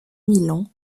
milan